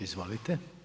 Izvolite.